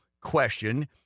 question